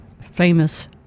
famous